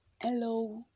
hello